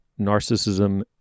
narcissism